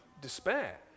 despair